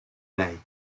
lei